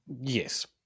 Yes